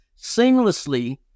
seamlessly